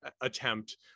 attempt